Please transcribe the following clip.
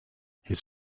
his